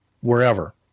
wherever